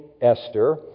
Esther